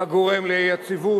כגורם לאי-יציבות,